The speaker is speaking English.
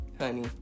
honey